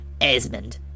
esmond